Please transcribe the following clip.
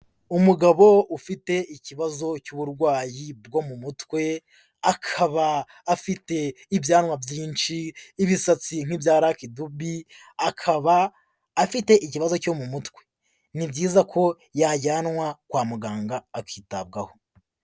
Umugabo ufite ikibazo cy'uburwayi bwo mu mutwe akaba afite, ibyanwa byinshi n'ibisatsi nk'ibya raki dubi, akaba afite ikibazo cyo mu mutwe ni byiza ko yajyanwa kwa muganga akitabwaho.